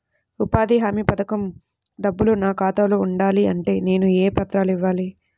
ఉపాధి హామీ పథకం డబ్బులు నా ఖాతాలో పడాలి అంటే నేను ఏ పత్రాలు ఇవ్వాలి?